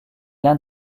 l’un